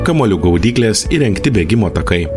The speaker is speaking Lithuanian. kamuolių gaudyklės įrengti bėgimo takai